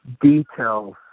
details